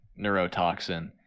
neurotoxin